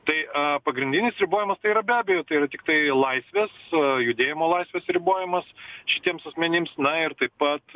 tai pagrindinis ribojamas tai yra be abejo tai yra tiktai laisvės judėjimo laisvės ribojimas šitiems asmenims na ir taip pat